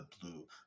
Blue